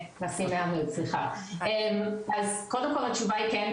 אז קודם כל התשובה היא כן,